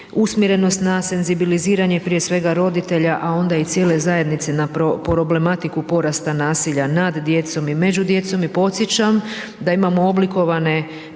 usmjerenost na senzibiliziranje, prije svega roditelja, a onda i cijele zajednice, na problematike porasta nasilja nad djecom i među djecom. I podsjećam da imamo oblikovane